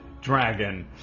dragon